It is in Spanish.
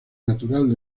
natural